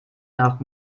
nach